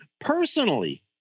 personally